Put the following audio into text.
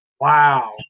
wow